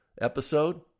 episode